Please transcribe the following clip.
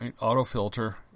Auto-filter